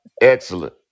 Excellent